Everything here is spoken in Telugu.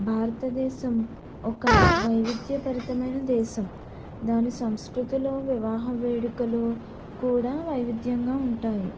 భారతదేశం ఒక వైవిధ్య భరితమైన దేశం దాని సంస్కృతిలో వివాహ వేడుకలు కూడా వైవిధ్యంగా ఉంటాయి